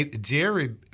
Jerry